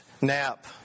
nap